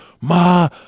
Ma